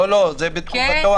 לא בתקופתה.